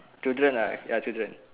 children uh ya children